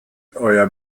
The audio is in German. euer